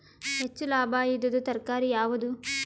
ಹೆಚ್ಚು ಲಾಭಾಯಿದುದು ತರಕಾರಿ ಯಾವಾದು?